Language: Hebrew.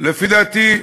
לפי דעתי,